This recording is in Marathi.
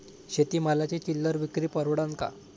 शेती मालाची चिल्लर विक्री परवडन का?